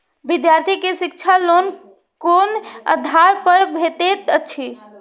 विधार्थी के शिक्षा लोन कोन आधार पर भेटेत अछि?